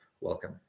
welcome